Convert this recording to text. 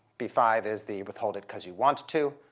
b five is the withhold it because you want to